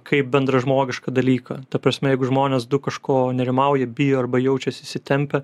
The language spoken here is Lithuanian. kaip bendražmogišką dalyką ta prasme jeigu žmonės du kažko nerimauja bijo arba jaučiasi įsitempę